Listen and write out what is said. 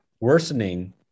worsening